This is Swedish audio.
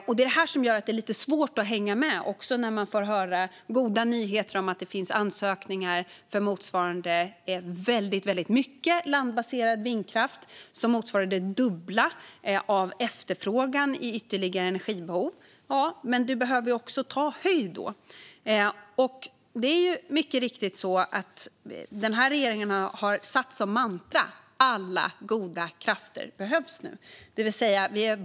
Det är det som gör att det är lite svårt att hänga med när man får höra goda nyheter om att det finns ansökningar för motsvarande väldigt mycket landbaserad vindkraft som motsvarar det dubbla av efterfrågan i ytterligare energibehov. Men du behöver då också ta höjd. Det är mycket riktigt så att regeringen har satt som mantra att nu behövs alla goda krafter.